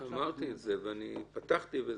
נתחיל לקרוא וההערות יהיו אגב